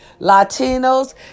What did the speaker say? Latinos